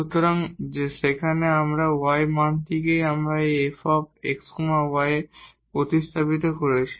সুতরাং সেখানে আমরা y এর মানকে এই f x y এ প্রতিস্থাপিত করেছি